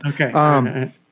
Okay